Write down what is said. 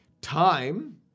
time